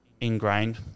ingrained